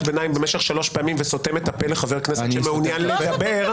ביניים במשך שלוש פעמים וסותם את הפה לחבר כנסת שמעוניין לדבר,